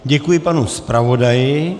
Děkuji panu zpravodaji.